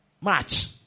match